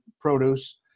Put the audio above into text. produce